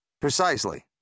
Precisely